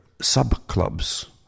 sub-clubs